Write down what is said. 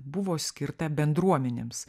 buvo skirta bendruomenėms